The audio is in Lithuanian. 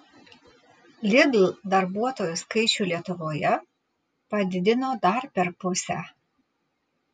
lidl darbuotojų skaičių lietuvoje padidino dar per pusę